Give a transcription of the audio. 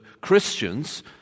Christians